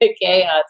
chaos